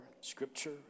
scripture